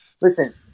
listen